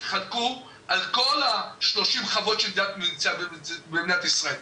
הנותרים התחלקו על פני כל שאר ה-30 חוות שנמצאות במדינת ישראל.